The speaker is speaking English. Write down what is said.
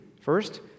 First